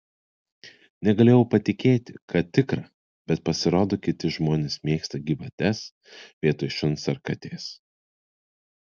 negalėjau patikėti kad tikra bet pasirodo kiti žmonės mėgsta gyvates vietoj šuns ar katės